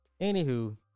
Anywho